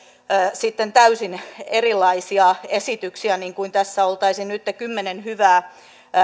sitten täysin erilaisia esityksiä niin kuin tässä oltaisiin nytten kymmenen hyvää